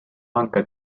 banca